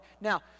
Now